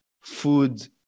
food